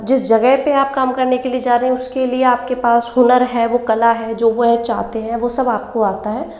जिस जगह पे आप काम करने के लिए जा रहे हैं उसके लिए आपके पास हुनर है वो कला है जो वह चाहते हैं वो सब आपको आता हैं